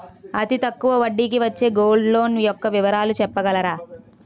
అతి తక్కువ వడ్డీ కి వచ్చే గోల్డ్ లోన్ యెక్క వివరాలు చెప్పగలరా?